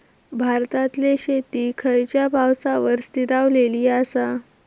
भारतातले शेती खयच्या पावसावर स्थिरावलेली आसा?